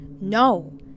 no